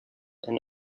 and